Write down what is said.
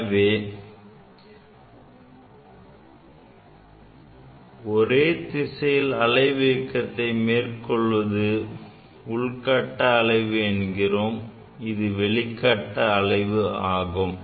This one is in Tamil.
எனவே ஒரே திசையில் அலைவு இயக்கத்தை மேற்கொள்வது உள்கட்ட அலைவு என்றோம் இது வெளி கட்ட அலைவு ஆகும்